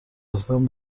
رسیدن